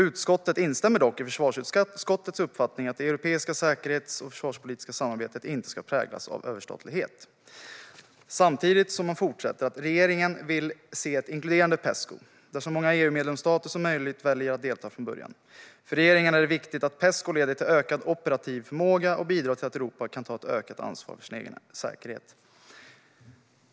- Utskottet instämmer dock i försvarsutskottets uppfattning att det europeiska säkerhets och försvarspolitiska samarbetet inte ska präglas av överstatlighet." Längre fram skriver man: "Regeringen vill se ett inkluderande Pesco, där så många EU-medlemsstater som möjligt väljer att delta från början. För regeringen är det även viktigt att Pesco leder till en ökad operativ förmåga och bidrar till att Europa kan ta ett ökat ansvar för sin egen säkerhet."